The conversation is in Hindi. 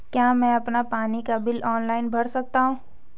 क्या मैं अपना पानी का बिल ऑनलाइन भर सकता हूँ?